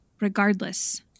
regardless